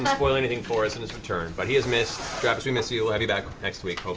and spoil anything for us in his return, but he is missed. travis, we miss you. we'll have you back next week, ah